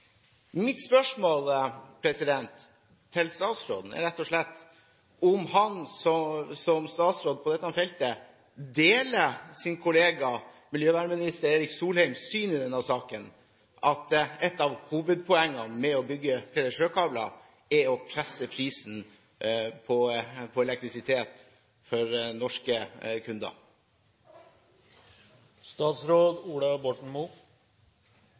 Mitt spørsmål til statsråden er rett og slett om han som statsråd på dette feltet deler sin kollega miljøvernminister Erik Solheims syn i denne saken – at et av hovedpoengene med å bygge flere sjøkabler er å presse prisen på elektrisitet for norske kunder.